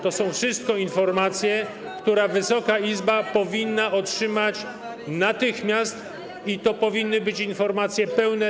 To są informacje, które Wysoka Izba powinna otrzymać natychmiast, i to powinny być informacje pełne.